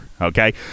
Okay